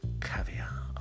caviar